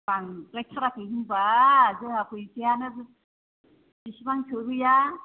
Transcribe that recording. बांद्रायथाराखै होनबा जोंहा फैसायानो बेसेबां थोहैया